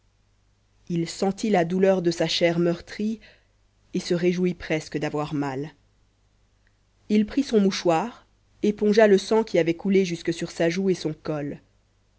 il sentit la douleur de sa chair meurtrie et se réjouit presque d'avoir mal il prit son mouchoir épongea le sang qui avait coulé jusque sur sa joue et son col